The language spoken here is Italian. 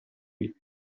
qui